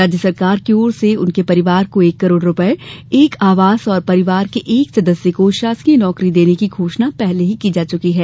राज्य सरकार की ओर से उनके परिवार को एक करोड़ रूपये एक आवास और परिवार के एक सदस्य को शासकीय नौकरी देने की घोषणा पहले ही की जा चुकी है